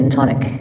Tonic